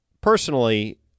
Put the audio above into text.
Personally